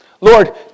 Lord